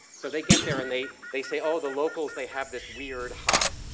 so they get there and they, they say oh, the locals they have this weird hot,